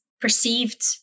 perceived